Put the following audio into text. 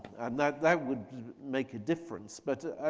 and that that would make a difference. but